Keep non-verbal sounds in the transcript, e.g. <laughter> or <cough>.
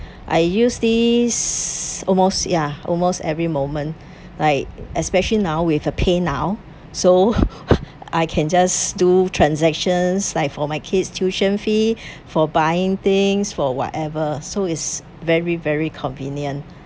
I use this almost ya almost every moment like especially now with uh paynow so <laughs> I can just do transactions like for my kids' tuition fee <breath> for buying things for whatever so it's very very convenient